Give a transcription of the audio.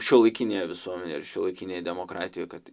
šiuolaikinėje visuomenėje ir šiuolaikinėje demokratijoje kad